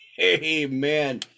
Amen